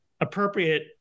appropriate